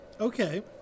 Okay